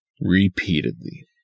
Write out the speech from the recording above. repeatedly